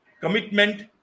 commitment